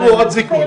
עליהם.